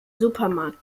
supermarkt